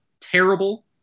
terrible